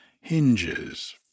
hinges